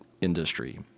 industry